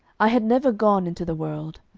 i had never gone into the world.